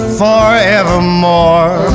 forevermore